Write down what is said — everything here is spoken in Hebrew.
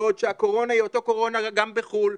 בעוד שהקורונה היא אותה אבטלה גם בחו"ל,